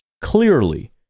clearly